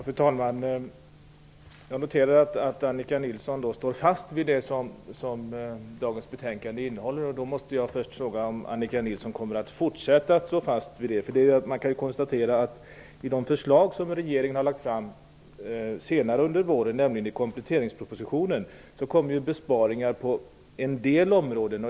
Fru talman! Jag noterar att Annika Nilsson står fast vid det som dagens betänkande innehåller. Då måste jag först fråga om Annika Nilsson kommer att fortsätta att stå fast vid det. I de förslag som regeringen har lagt fram senare under våren, nämligen i kompletteringspropositionen, kommer besparingar på en del områden.